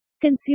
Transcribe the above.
Consume